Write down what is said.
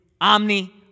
omni